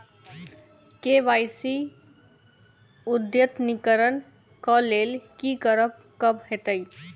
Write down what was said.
KYC अद्यतनीकरण कऽ लेल की करऽ कऽ हेतइ?